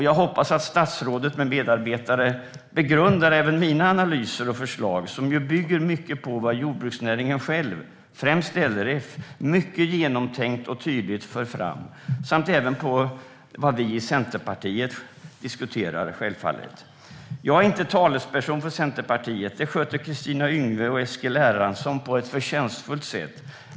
Jag hoppas att statsrådet med medarbetare begrundar även mina analyser och förslag, som bygger mycket på vad jordbruksnäringen själv, främst LRF, mycket genomtänkt och tydligt för fram samt självfallet även på vad vi i Centerpartiet diskuterar. Jag är inte talesperson för Centerpartiet; det sköter Kristina Yngwe och Eskil Erlandsson på ett förtjänstfullt sätt.